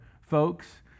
folks